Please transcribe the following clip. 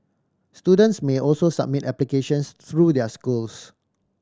students may also submit applications through their schools